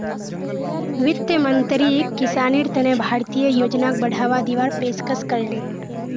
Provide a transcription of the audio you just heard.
वित्त मंत्रीक किसानेर तने भारतीय योजनाक बढ़ावा दीवार पेशकस करले